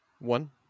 One